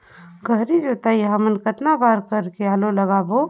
गहरी जोताई हमन कतना बार कर के आलू लगाबो?